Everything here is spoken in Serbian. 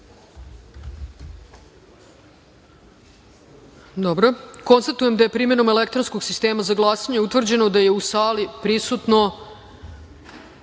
glasanje. Konstatujem da je, primenom elektronskog sistema za glasanje, utvrđeno da je u sali prisutno